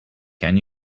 can